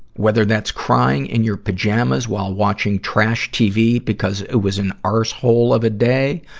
whether that's crying in your pajamas while watching trash tv because it was an arsehole of a day,